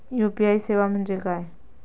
UPI सेवा म्हणजे काय?